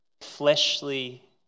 fleshly